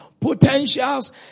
potentials